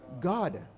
God